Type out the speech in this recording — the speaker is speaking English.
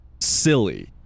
silly